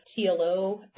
TLO